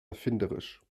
erfinderisch